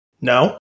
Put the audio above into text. No